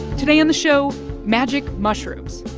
today on the show magic mushrooms.